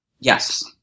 Yes